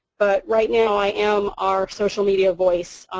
but right now i am our social media voice.